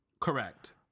Correct